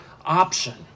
option